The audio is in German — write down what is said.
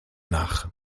nach